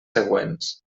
següents